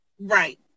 Right